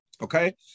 Okay